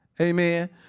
Amen